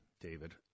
David